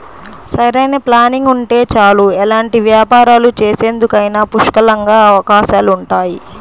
సరైన ప్లానింగ్ ఉంటే చాలు ఎలాంటి వ్యాపారాలు చేసేందుకైనా పుష్కలంగా అవకాశాలుంటాయి